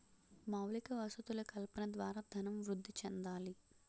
మౌలిక వసతులు కల్పన ద్వారా ధనం వృద్ధి చెందాలి